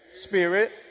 Spirit